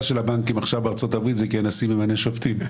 של הבנקים עכשיו בארצות-הברית היא בגלל שהנשיא ממנה שופטים.